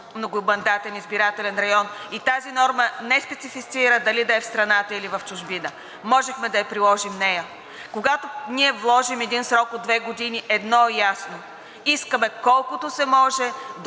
многомандатен избирателен район, и тази норма не специфицира дали да е в страната, или в чужбина. Можехме да приложим нея. Когато ние вложим срок от две години, едно е ясно: искаме колкото се може